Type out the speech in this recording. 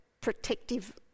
protective